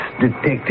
detective